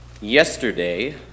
yesterday